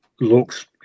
looks